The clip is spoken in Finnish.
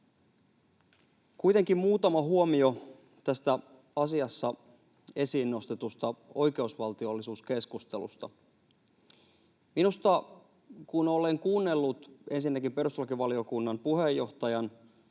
Kuitenkin muutama huomio tästä asiassa esiin nostetusta oikeusvaltiollisuuskeskustelusta. Minusta, kun olen kuunnellut ensinnäkin perustuslakivaliokunnan puheenjohtajan